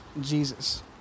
Jesus